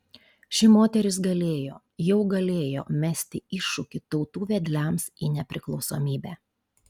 ši moteris galėjo jau galėjo mesti iššūkį tautų vedliams į nepriklausomybę